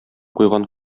куйган